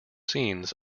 scenes